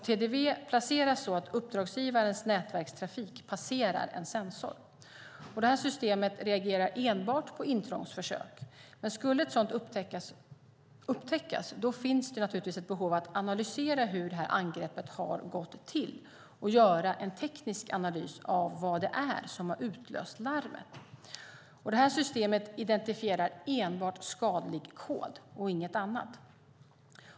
TDV placeras så att uppdragsgivarens nätverkstrafik passerar en sensor. Detta system reagerar enbart på intrångsförsök. Skulle ett sådant upptäckas finns det givetvis ett behov av att analysera hur angreppet har gått till och göra en teknisk analys av vad det är som har utlöst larmet. Systemet identifierar enbart skadlig kod och inget annat.